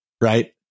right